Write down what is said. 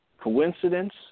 coincidence